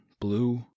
blue